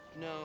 No